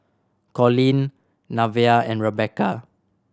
Colleen Nevaeh and Rebecca